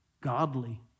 godly